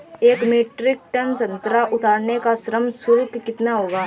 एक metric ton संतरा उतारने का श्रम शुल्क कितना होगा?